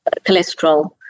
cholesterol